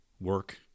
work